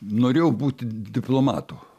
norėjau būti diplomatu